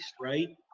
right